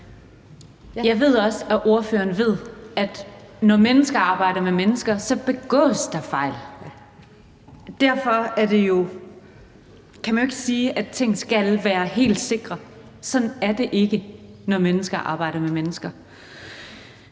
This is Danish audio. Jeg ved også, at ordføreren ved, at når mennesker arbejder med mennesker, begås der er fejl. Derfor kan man jo ikke sige, at ting skal være helt sikre – sådan er det ikke, når mennesker arbejder med mennesker.